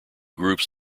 groups